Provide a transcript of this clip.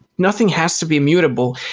nothing has to be immutable.